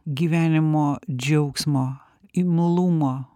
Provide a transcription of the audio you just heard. gyvenimo džiaugsmo imlumo